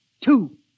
Two